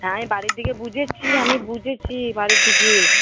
হ্যাঁ আমি বাড়ির দিকে বুঝেছি আমি বুঝেছি বাড়ির দিকে